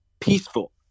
peaceful